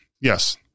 Yes